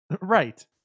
Right